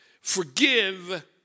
Forgive